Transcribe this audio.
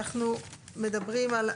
אנחנו מדברים על